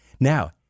Now